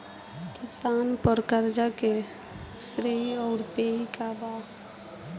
किसान पर क़र्ज़े के श्रेइ आउर पेई के बा?